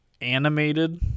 animated